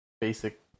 basic